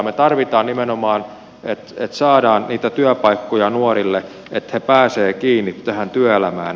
me tarvitsemme nimenomaan sitä että saamme niitä työpaikkoja nuorille että he pääsevät kiinni tähän työelämään